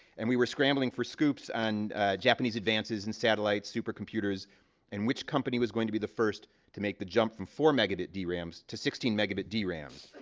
and we were scrambling for scoops on and japanese advances in satellite supercomputers and which company was going to be the first to make the jump from four megabit drams to sixteen megabit drams,